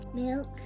milk